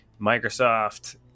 Microsoft